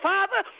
Father